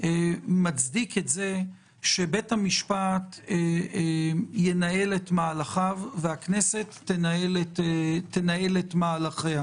מצדיק את זה שבית המשפט ינהל את מהלכיו והכנסת תנהל את מהלכיה.